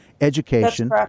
education